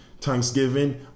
Thanksgiving